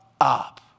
up